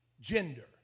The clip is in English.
gender